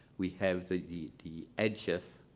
we have the the edges,